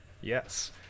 yes